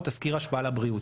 או תזכיר השפעה על הבריאות,